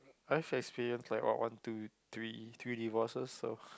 I have experience like what one to three three divorces so